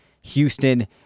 Houston